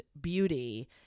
beauty